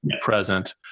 present